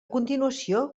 continuació